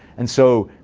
and so,